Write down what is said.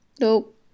Nope